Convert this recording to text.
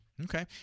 Okay